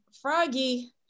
Froggy